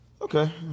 Okay